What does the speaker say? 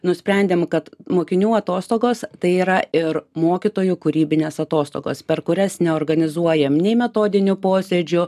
nusprendėm kad mokinių atostogos tai yra ir mokytojų kūrybinės atostogos per kurias neorganizuojam nei metodinių posėdžių